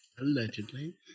Allegedly